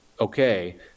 Okay